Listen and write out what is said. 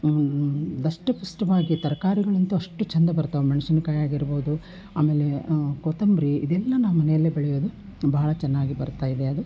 ದಷ್ಟ ಪುಷ್ಟವಾಗಿ ತರ್ಕಾರಿಗಳಂತೂ ಅಷ್ಟು ಚೆಂದ ಬರ್ತವೆ ಮೆಣ್ಸಿನ್ಕಾಯ್ ಆಗಿರ್ಬೋದು ಆಮೇಲೆ ಕೊತ್ತಂಬರಿ ಇದೆಲ್ಲ ನಾವು ಮನೆಯಲ್ಲೇ ಬೆಳೆಯೋದು ಭಾಳ ಚೆನ್ನಾಗಿ ಬರ್ತಾಯಿದೆ ಅದು